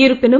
இருப்பினும்